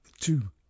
two